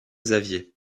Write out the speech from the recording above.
xavier